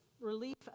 relief